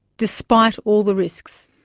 despite all the risks.